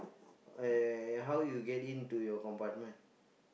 I how you get into your compartment